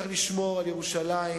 צריך לשמור על ירושלים